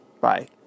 bye